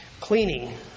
cleaning